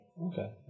Okay